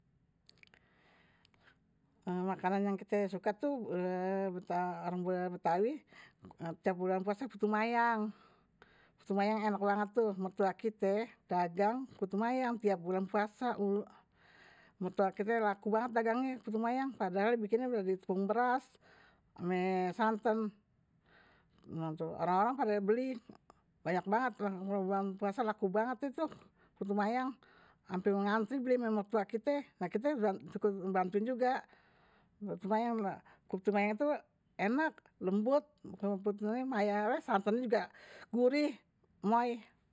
Makanan yang kite suka tu orang budaya betawi setiap bulan puasa putu mayang putu mayang enak banget tuh mertua kite dagang putu mayang setiap bulan puasa mertua kite laku banget dagangnye putu mayang padahal bikinnya udah ditepung beras, meh santan orang-orang pada beli banyak banget, bulan puasa laku banget itu putu mayang hampir antri beli meh mertua kite, nah kite cukup bantuin juga putu mayang putu mayang itu enak, lembut mayang, santan juga gurih, moi.